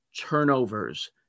turnovers